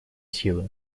силы